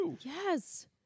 Yes